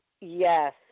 Yes